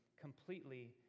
completely